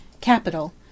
Capital